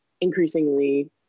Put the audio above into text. increasingly